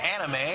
anime